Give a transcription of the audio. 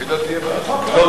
לדעתי זה יהיה בוועדת חוקה.